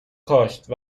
کاشت